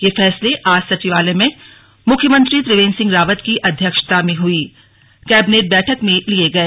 ये फैसले आज सचिवालय में मुख्यमंत्री त्रिवेंद्र सिंह रावत की अध्यक्षता में हुई कैबिनेट बैठक में लिए गए